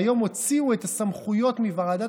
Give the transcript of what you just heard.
שהוציאו היום את הסמכויות מוועדת